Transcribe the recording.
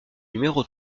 numéro